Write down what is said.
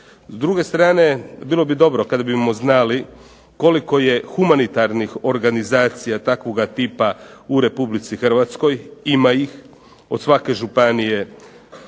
S druge strane bilo bi dobro kada bimo znali koliko je humanitarnih organizacija takvoga tipa u Republici Hrvatskoj, ima ih od svake županije,